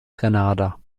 grenada